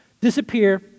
disappear